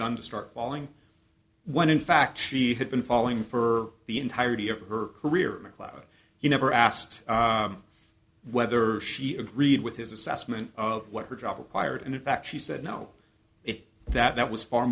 begun to start falling when in fact she had been falling for the entirety of her career macleod he never asked whether she agreed with his assessment of what her job required and in fact she said no if that was far